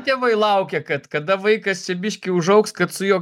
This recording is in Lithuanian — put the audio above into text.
tėvai laukia kad kada vaikas čia biškį užaugs kad su juo